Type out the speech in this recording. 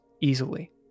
easily